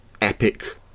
epic